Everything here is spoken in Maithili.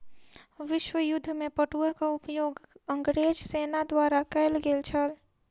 विश्व युद्ध में पटुआक उपयोग अंग्रेज सेना द्वारा कयल गेल छल